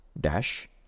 dash